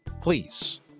Please